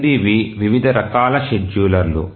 క్రిందివి వివిధ రకాల షెడ్యూలర్లు